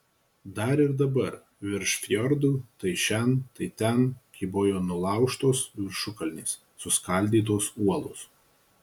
dar ir dabar virš fjordų tai šen tai ten kybojo nulaužtos viršukalnės suskaldytos uolos